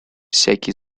всякий